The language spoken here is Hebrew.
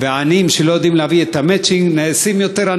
והעניים שלא יודעים להביא את המצ'ינג נעשים עניים יותר.